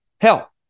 Hell